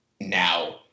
now